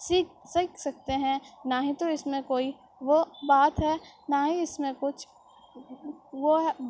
سیکھ سیکھ سکتے ہیں نہ ہی تو اس میں کوئی وہ بات ہے نہ ہی اس میں کچھ وہ ہے